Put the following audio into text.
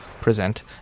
present